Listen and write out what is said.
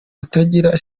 rutangira